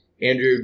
Andrew